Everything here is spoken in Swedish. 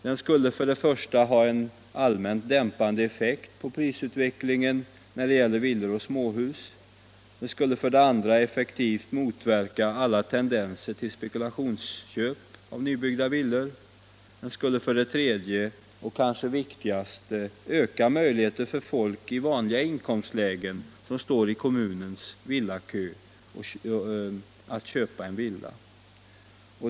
Den skulle för det första ha en allmänt dämpande effekt på prisutvecklingen när det gäller villor och småhus. Den skulle för det andra effektivt motverka alla tendenser till spekulationsköp av nybyggda villor. Den skulle för det tredje — kanske det viktigaste — öka möjligheterna för folk i vanliga inkomstlägen som står i kommunens villakö att köpa en villa.